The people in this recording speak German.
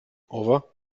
over